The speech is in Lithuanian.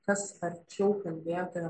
kas arčiau kalbėtojo